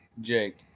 jake